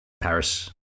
Paris